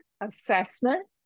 assessment